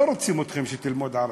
לא רוצים שתלמדו ערבית.